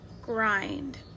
grind